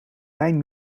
mijn